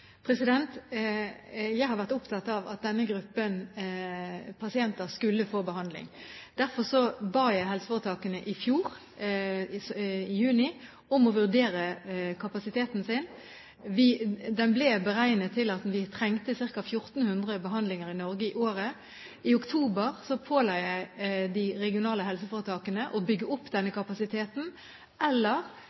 Jeg har vært opptatt av at denne gruppen pasienter skulle få behandling. Derfor ba jeg helseforetakene i juni i fjor om å vurdere kapasiteten sin. Den ble beregnet til at vi trengte ca. 1 400 behandlinger i Norge i året. I oktober påla jeg de regionale helseforetakene å bygge opp denne kapasiteten, eller,